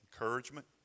encouragement